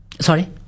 Sorry